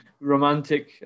romantic